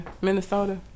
Minnesota